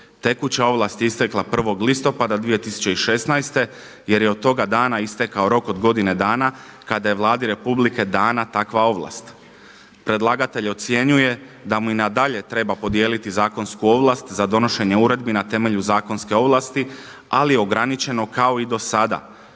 Tekuća ovlast je istekla 1. listopada 2016. jer je od toga dana istekao rok od godine dana kada je Vladi Republike dana takva ovlast. Predlagatelj ocjenjuje da mu i nadalje treba podijeliti zakonsku ovlast za donošenje uredbi na temelju zakonske ovlasti ali ograničeno kao i do sada,